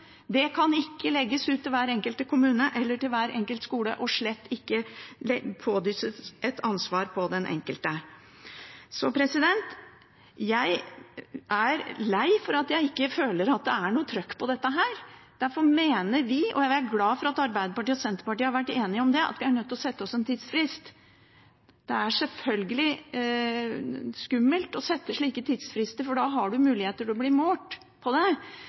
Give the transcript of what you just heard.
Det kan ikke legges ut til hver enkelt kommune eller til hver enkelt skole, og ansvaret kan slett ikke pådyttes den enkelte. Jeg er lei for at jeg ikke føler at det er noe «trøkk» på dette. Derfor mener vi – og jeg er glad for at Arbeiderpartiet og Senterpartiet har vært enige om det – at vi er nødt til å sette oss en tidsfrist. Det er selvfølgelig skummelt å sette slike tidsfrister, for da er det mulig å bli målt på det.